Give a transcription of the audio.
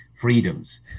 freedoms